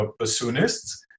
bassoonists